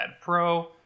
Pro